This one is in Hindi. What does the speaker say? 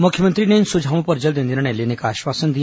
मुख्यमंत्री ने इन सुझावों पर जल्द निर्णय लेने का आश्वासन दिया